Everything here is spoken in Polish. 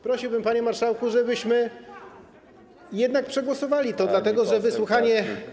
Prosiłbym, panie marszałku, żebyśmy jednak przegłosowali to, dlatego że wysłuchanie.